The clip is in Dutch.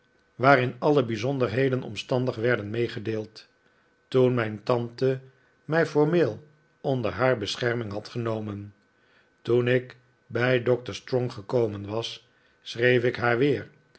waarin alle bijzonderheden omstandig werden meegedeeld toen mijn tante mij formeel onder haar bescherming had genomen toen ik bij doctor strong gekomen was schreef ik haar weer